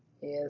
Yes